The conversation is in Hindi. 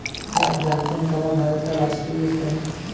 क्या आप जानते है कमल भारत का राष्ट्रीय पुष्प है?